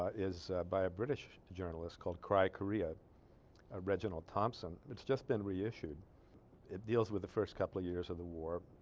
is ah. by a british journalist called cry korea originally thompson it's just been reissued it deals with the first couple of years of the war